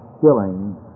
killing